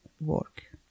work